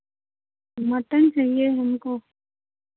mutton चाहिए हमको